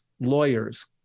lawyers